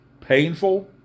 painful